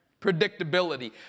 Predictability